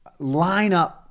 lineup